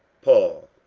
paul,